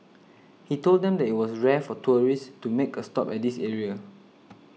he told them that it was rare for tourists to make a stop at this area